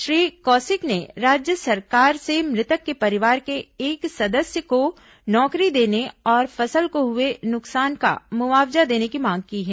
श्री कौशिक ने राज्य सरकार से मृतक के परिवार के एक सदस्य को नौकरी देने और फसल को हुए नुकसान का मुआवजा देने की मांग की है